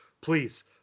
please